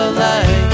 light